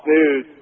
News